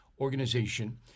organization